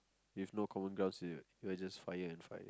with no common ground you are just fire and fire